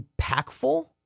impactful